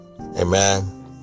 Amen